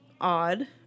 odd